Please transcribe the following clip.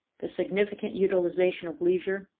the significant utilization of leisure,